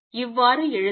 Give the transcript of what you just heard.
இவ்வாறு எழுதுக